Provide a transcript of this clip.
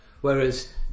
Whereas